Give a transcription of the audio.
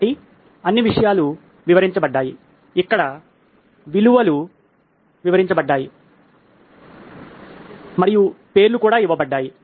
కాబట్టి అన్ని అంశాలు వివరించబడ్డాయి ఇక్కడ విలువలు వివరించబడ్డాయి మరియు పేర్లు కూడా ఇవ్వబడ్డాయి